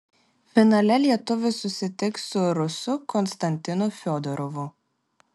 finale lietuvis susitiks su rusu konstantinu fiodorovu